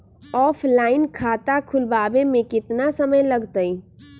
Offline खाता खुलबाबे में केतना समय लगतई?